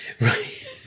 Right